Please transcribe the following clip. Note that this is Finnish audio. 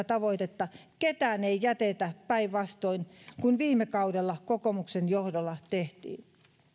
tavoitetta ketään ei jätetä päinvastoin kuin viime kaudella kokoomuksen johdolla tehtiin